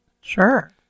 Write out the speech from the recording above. Sure